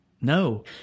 No